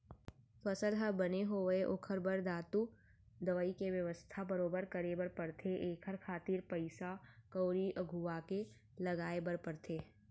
फसल ह बने होवय ओखर बर धातु, दवई के बेवस्था बरोबर करे बर परथे एखर खातिर पइसा कउड़ी अघुवाके लगाय बर परथे